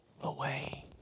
away